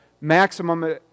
maximum